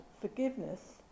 forgiveness